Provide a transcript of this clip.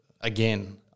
again